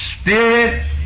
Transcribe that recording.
Spirit